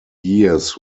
years